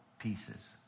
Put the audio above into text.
pieces